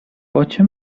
باچه